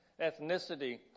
ethnicity